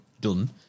done